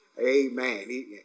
Amen